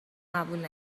قبول